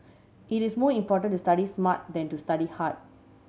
it is more important to study smart than to study hard